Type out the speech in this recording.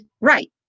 right